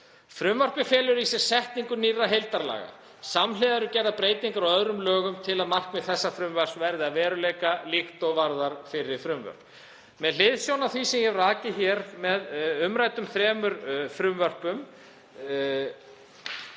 Frumvarpið felur í sér setningu nýrra heildarlaga. Samhliða eru gerðar breytingar á öðrum lögum til að markmið þessa frumvarps verði að veruleika líkt og varðar fyrri frumvörp. Með hliðsjón af því sem ég hef rakið hér um umrædd þrjú frumvörp